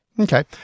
Okay